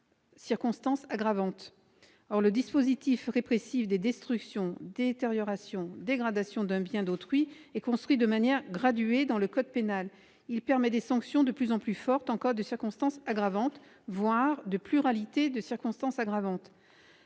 Or le dispositif répressif des destructions, détériorations ou dégradations d'un bien d'autrui est construit de manière graduée dans le code pénal : il permet des sanctions de plus en plus fortes en cas de circonstance aggravante, voire de pluralité de circonstances aggravantes.